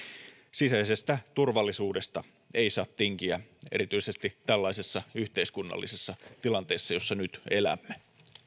sisäisestä turvallisuudesta ei saa tinkiä erityisesti tällaisessa yhteiskunnallisessa tilanteessa jossa nyt elämme